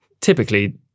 typically